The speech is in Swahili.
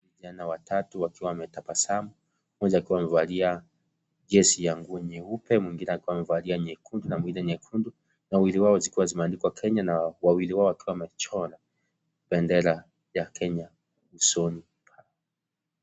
Vijana watatu wakiwa wametabasamu mmoja akiwa amevalia jezi ya nguo nyeupe na mwingine akiwa amevalia nyekundu na mwingine nyekundu na wawili wao zikiwa zimeandikwa Kenya na wawili wao wakiwa wamechora bendera ya Kenya usoni.